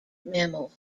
mammals